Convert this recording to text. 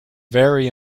very